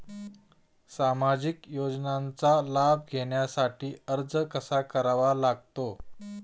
सामाजिक योजनांचा लाभ घेण्यासाठी अर्ज कसा करावा लागतो?